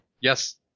Yes